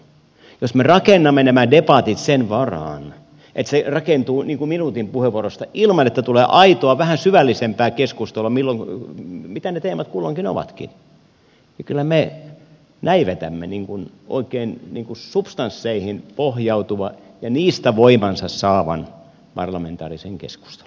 jos me rakennamme nämä debatit sen varaan että ne rakentuvat minuutin puheenvuoroista ilman että tulee aitoa vähän syvällisempää keskustelua mitä ne teemat kulloinkin ovatkin niin kyllä me näivetämme oikeisiin substansseihin pohjautuvan ja niistä voimansa saavan parlamentaarisen keskustelun